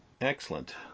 Excellent